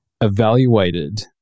evaluated